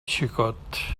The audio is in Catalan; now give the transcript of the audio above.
xicot